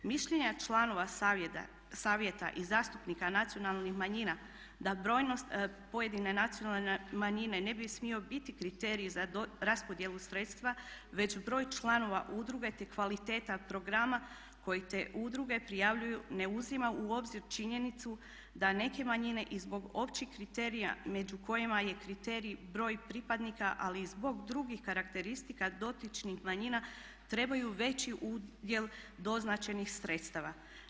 Mišljenja članova Savjeta i zastupnika nacionalnih manjina da brojnost pojedine nacionalne manjine ne bi smio biti kriterij za raspodjelu sredstava već broj članova udruge te kvaliteta programa koji te udruge prijavljuju ne uzima u obzir činjenicu da neke manjine i zbog općih kriterija među kojima je kriterij broj pripadnika ali i zbog drugih karakteristika dotičnih manjina trebaju veći udjel doznačenih sredstava.